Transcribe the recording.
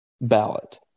ballot